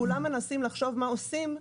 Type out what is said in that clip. כולם מנסים לחשוב מה עושים,